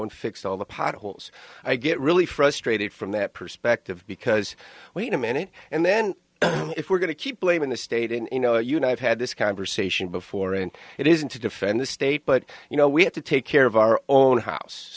and fixed all the potholes i get really frustrated from that perspective because wait a minute and then if we're going to blaming the state and you know united had this conversation before and it isn't to defend the state but you know we have to take care of our own house